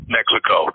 Mexico